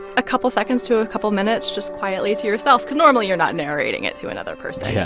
a couple seconds to a couple minutes just quietly to yourself cause normally, you're not narrating it to another person. yeah.